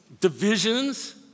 divisions